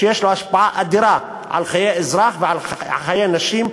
שיש לו השפעה אדירה על חיי אזרחים ועל חיי נשים,